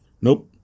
Nope